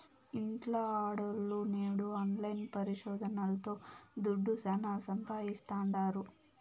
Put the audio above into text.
ఇంట్ల ఆడోల్లు నేడు ఆన్లైన్ పరిశోదనల్తో దుడ్డు శానా సంపాయిస్తాండారు